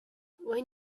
when